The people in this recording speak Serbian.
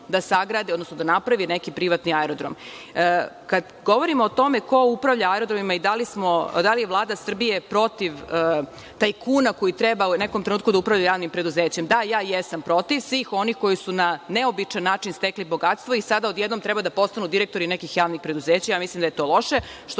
da napravi neki privatni aerodrom. Kada govorimo o tome ko upravlja aerodromima i da li je Vlada Srbije protiv tajkuna koji treba u nekom trenutku da upravljaju javnim preduzećem, da, ja jesam protiv svih onih koji su na neobičan način stekli bogatstvo i sada odjednom treba da postanu direktori nekih javnih preduzeća. Ja mislim da je to loše, što